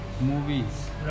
movies